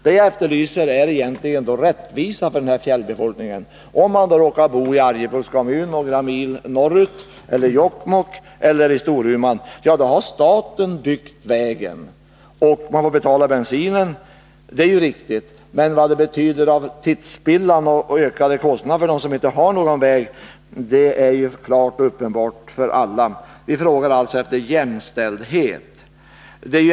Det jag efterlyser är rättvisa för den här fjällbefolkningen. Om man råkar bo några mil norrut i Arjeplogs kommun, i Jokkmokk eller i Storuman, då har man vägar som staten har byggt och man får betala bensinen — och det är ju riktigt. Men de som inte har någon väg har inte samma förmåner. Vad det betyder för dem i fråga om tidsspillan och ökade kostnader är ju klart och uppenbart för alla. Vi frågar alltså efter jämlikhet.